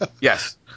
yes